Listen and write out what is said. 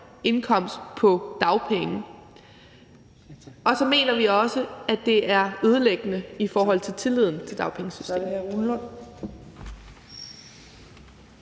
indkomst på dagpenge. Og så mener vi også, at det er ødelæggende i forhold til tilliden til dagpengesystemet.